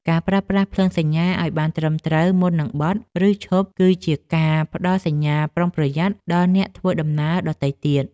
ការប្រើប្រាស់ភ្លើងសញ្ញាឱ្យបានត្រឹមត្រូវមុននឹងបត់ ឬឈប់គឺជាការផ្ដល់សញ្ញាប្រុងប្រយ័ត្នដល់អ្នកធ្វើដំណើរដទៃទៀត។